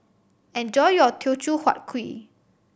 enjoy your Teochew Huat Kuih